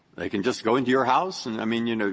they can just go into your house and i mean, you know,